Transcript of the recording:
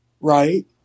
Right